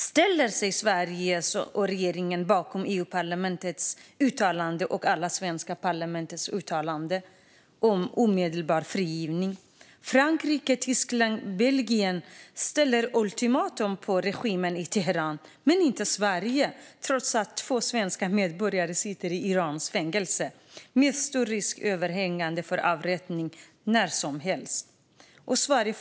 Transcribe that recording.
Ställer sig Sveriges regering bakom EU-parlamentets uttalande om omedelbar frigivning? Frankrike, Tyskland och Belgien har ställt ultimatum till regimen i Teheran, men inte Sverige. Detta sker trots att två svenska medborgare sitter i iranskt fängelse med överhängande risk för att när som helst bli avrättade.